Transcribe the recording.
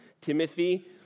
Timothy